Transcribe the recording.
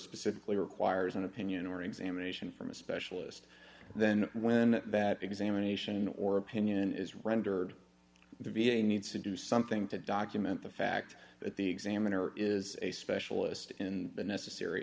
specifically requires an opinion or examination from a specialist then when that examination or opinion is rendered the v a needs to do something to document the fact that the examiner is a specialist in the necessary